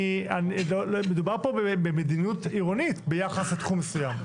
מדובר פה במדיניות עירונית ביחס לתחום מסוים.